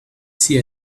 see